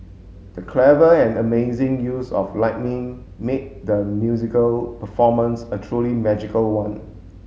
the clever and amazing use of lightning made the musical performance a truly magical one